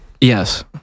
Yes